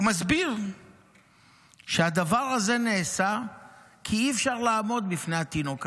והוא מסביר שהדבר הזה נעשה כי אי-אפשר לעמוד בפני התינוק הזה.